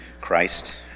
christ